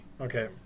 Okay